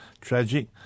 tragic